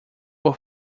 por